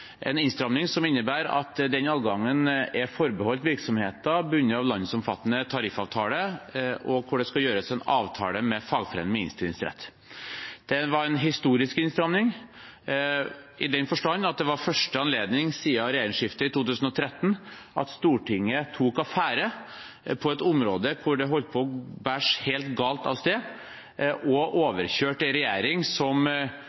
en innstramming som innebærer at den adgangen er forbeholdt virksomheter bundet av landsomfattende tariffavtale, og det skal gjøres en avtale med fagforening med innstillingsrett. Det var en historisk innstramming, i den forstand at det var første anledning siden regjeringsskiftet i 2013 at Stortinget tok affære på et område hvor det holdt på å bære helt galt av sted, og overkjørte en regjering som